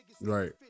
right